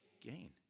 gain